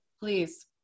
Please